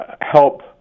help